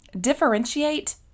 Differentiate